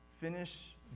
finish